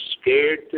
scared